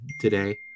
today –